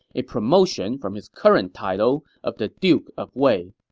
a promotion from his current title of the duke of wei.